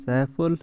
سیٖفُل